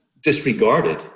disregarded